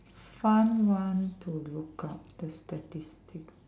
fun one to look out the statistic